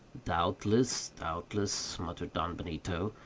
doubtless, doubtless, muttered don benito.